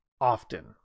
often